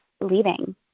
leaving